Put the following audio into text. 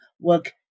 work